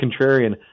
contrarian